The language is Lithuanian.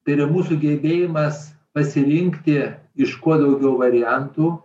tai yra mūsų gebėjimas pasirinkti iš kuo daugiau variantų